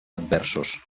adversos